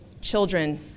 children